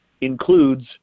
includes –